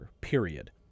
period